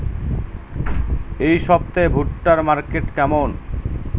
এই সপ্তাহে ভুট্টার মার্কেট কেমন?